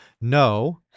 No